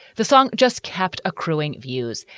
the song just kept accruing views.